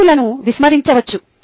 ప్రేక్షకులను విస్మరించవచ్చు